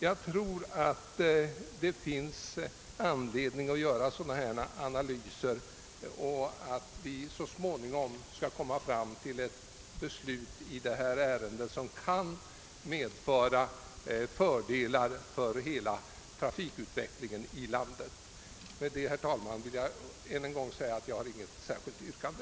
Jag tror att det finns anledning att göra sådana här analyser, varigenom vi därigenom så småningom kan komma fram till ett beslut som medför fördelar för hela trafikutvecklingen i landet. Herr talman! Jag har alltså inget yrkande.